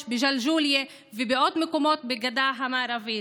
בג'לג'וליה ובעוד מקומות בגדה המערבית.